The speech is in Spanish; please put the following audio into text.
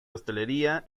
hostelería